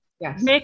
Yes